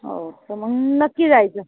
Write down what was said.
हो तर मग नक्की जायचं